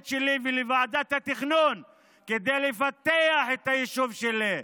שלי ולוועדת התכנון כדי לפתח את היישוב שלי.